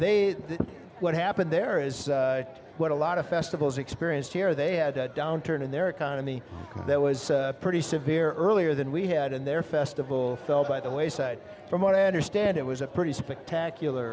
go what happened there is what a lot of festivals experienced here they had a downturn in their economy that was pretty severe earlier than we had in their festival by the way say from what i understand it was a pretty spectacular